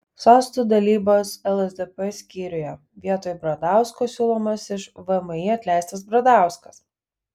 sostų dalybos lsdp skyriuje vietoj bradausko siūlomas iš vmi atleistas bradauskas